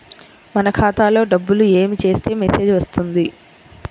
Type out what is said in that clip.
మన ఖాతాలో డబ్బులు ఏమి చేస్తే మెసేజ్ వస్తుంది?